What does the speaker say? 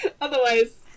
Otherwise